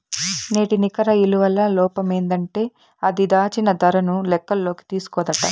నేటి నికర ఇలువల లోపమేందంటే అది, దాచిన దరను లెక్కల్లోకి తీస్కోదట